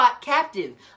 captive